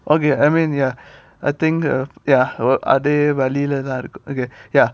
okay I mean ya I think uh ya are they அதே வழில தான் இருக்கும்:adhe vazhila than irukum okay ya